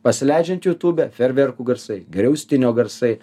pasileidžiat youtube fejerverkų garsai griaustinio garsai